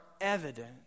evident